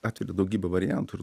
atveria daugybę variantų ir